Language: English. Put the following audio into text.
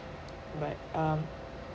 but um